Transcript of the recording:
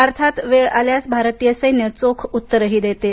अर्थात वेळ आल्यास भारतीय सैन्य चोख उत्तरही देत आहे